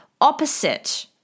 opposite